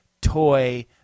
toy